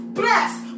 bless